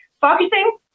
Focusing